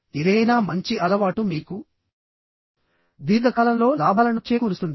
ఏదైనా మంచి అలవాటు మీకు దీర్ఘకాలంలో లాభాలను చేకూరుస్తుంది